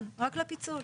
לפיצול.